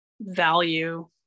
value